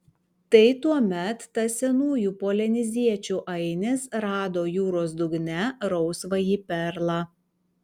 tai tuomet tas senųjų polineziečių ainis rado jūros dugne rausvąjį perlą